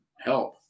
help